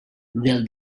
del